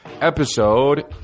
Episode